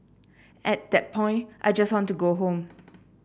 at that point I just want to go home